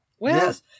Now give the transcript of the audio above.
yes